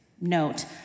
Note